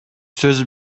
сөз